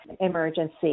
emergency